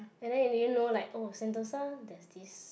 and then do you know like oh Sentosa there is this